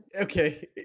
okay